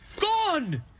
Gone